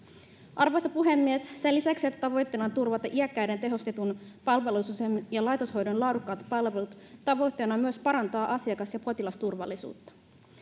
arvoisa puhemies sen lisäksi että tavoitteena on turvata iäkkäiden tehostetun palveluasumisen ja laitoshoidon laadukkaat palvelut tavoitteena on myös parantaa asiakas ja potilasturvallisuutta